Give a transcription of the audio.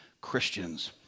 Christians